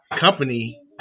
company